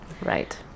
Right